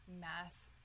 mass